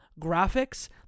Graphics